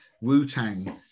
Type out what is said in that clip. Wu-Tang